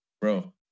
Bro